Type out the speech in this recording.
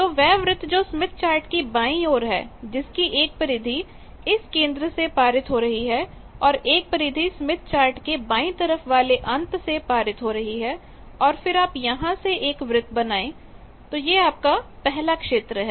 तो वह वृत्त जो स्मिथ चार्ट की बाई और है जिसकी एक परिधि इस केंद्र से पारित हो रही है और एक परिधि स्मिथ चार्ट के बाई तरफ वाले अंत से पारित हो रही है और फिर आप यहां से एक वृत्त बनाए तो यह आपका पहला क्षेत्र है